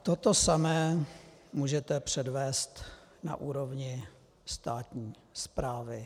Toto samé můžete předvést na úrovni státní správy.